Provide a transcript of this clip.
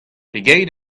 pegeit